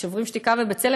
"שוברים שתיקה" ו"בצלם",